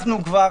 כבר